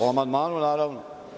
O amandmanu naravno.